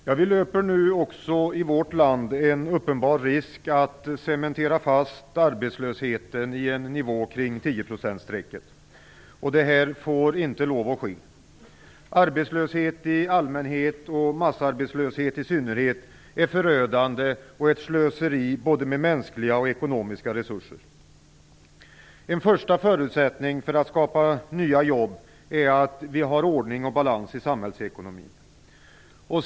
Herr talman! Vi löper nu en uppenbar risk att även i vårt land cementera fast arbetslösheten på en nivå kring tioprocentsstrecket. Detta får inte ske. Arbetslöshet i allmänhet och massarbetslöshet i synnerhet är förödande och ett slöseri med både mänskliga och ekonomiska resurser. En första förutsättning för att skapa nya jobb är att vi har ordning och balans i samhällsekonomin.